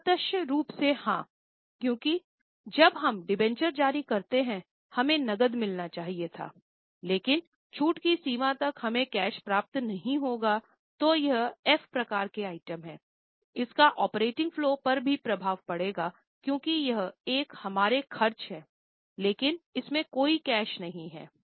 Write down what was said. अप्रत्यक्ष रूप से हाँ क्योंकि जब हम डिबेंचर जारी करते हैं हमें नकद मिलना चाहिए था लेकिन छूट की सीमा तक हमें कैश प्राप्त नहीं होगा तो यह एफ प्रकार के आइटम हैं इसका ऑपरेटिंग फलो पर भी प्रभाव पड़ेगा क्योंकि यह एक हमारे खर्च है लेकिन इसमें कोई कैश नहीं है